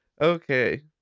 Okay